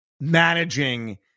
managing